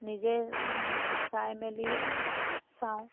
নিজে চাই মেলি চাওঁ